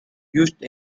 used